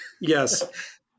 Yes